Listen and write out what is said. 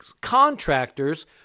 contractors